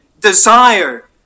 desire